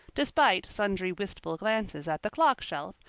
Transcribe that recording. despite sundry wistful glances at the clock shelf,